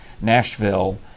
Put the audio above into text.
Nashville